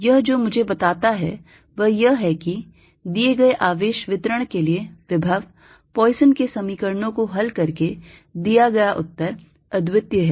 यह जो मुझे बताता है वह है कि दिए गए आवेश वितरण के लिए विभव पॉइसन के समीकरणों को हल करके दिया गया उत्तर अद्वितीय है